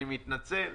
אני מתנצל.